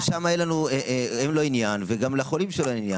שם אין לו עניין וגם לחולים שלו אין עניין.